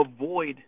avoid